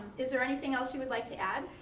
is there anything else you would like to add?